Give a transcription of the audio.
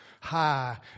high